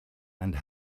and